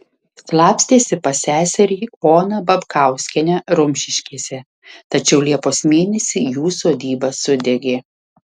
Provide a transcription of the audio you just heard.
slapstėsi pas seserį oną babkauskienę rumšiškėse tačiau liepos mėnesį jų sodyba sudegė